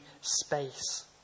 space